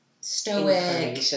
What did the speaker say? Stoic